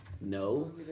No